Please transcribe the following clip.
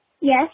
Yes